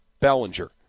Bellinger